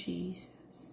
Jesus